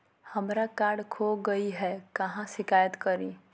हमरा कार्ड खो गई है, कहाँ शिकायत करी?